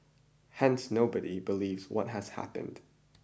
Hence nobody believes what has happened